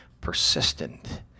persistent